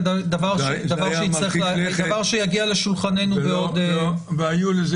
זה דבר שיגיע לשולחננו בעוד --- היו לזה